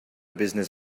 business